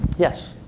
yes?